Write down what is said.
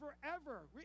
forever